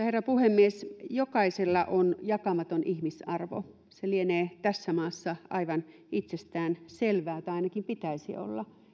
herra puhemies jokaisella on jakamaton ihmisarvo se lienee tässä maassa aivan itsestään selvää tai ainakin pitäisi olla